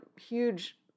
huge